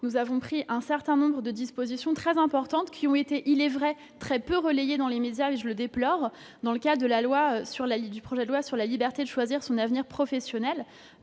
nous avons pris un certain nombre de dispositions importantes, qui ont été, il est vrai, très peu relayées dans les médias, et je le déplore, dans le cadre du projet de loi pour la liberté de choisir son avenir professionnel,